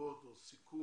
לתשובות או לסיכום,